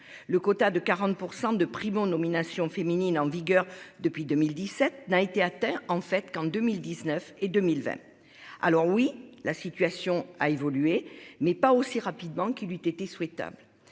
Le quota de 40% de Primo nominations féminines en vigueur depuis 2017 n'a été atteint en fait qu'en 2019 et 2020. Alors oui, la situation a évolué mais pas aussi rapidement qu'il eut été souhaitable